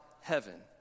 heaven